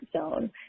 zone